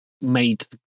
made